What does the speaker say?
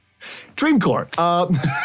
Dreamcore